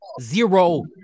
zero